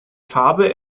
farbe